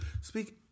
speak